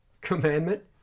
commandment